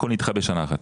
הכול נדחה בשנה אחת.